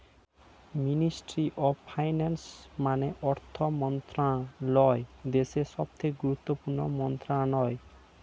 ministry of finance মানে অর্থ মন্ত্রণালয় দেশের সবচেয়ে গুরুত্বপূর্ণ মন্ত্রণালয়